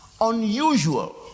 unusual